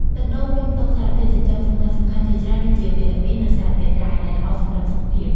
ទឹកដូងមានផ្ទុកសារធាតុចិញ្ចឹមសំខាន់ៗជាច្រើនដូចជា វីតាមីន និង សារធាតុរ៉ែ ដែលល្អសម្រាប់សុខភាព។